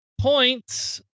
points